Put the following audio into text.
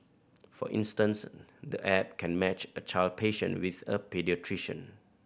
for instance the app can match a child patient with a paediatrician